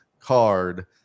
Card